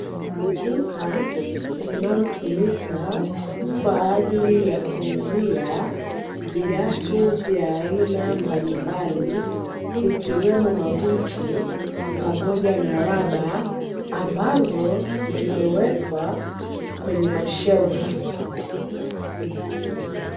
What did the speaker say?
Duka linalotumika kwa ajili ya kuuzia viatu vya aina mbalimbali ikiwemo mabuti pamoja na raba, ambazo zimewekwa kwenye mashelfu.